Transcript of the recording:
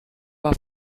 war